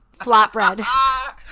flatbread